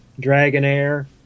Dragonair